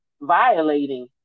violating